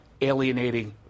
alienating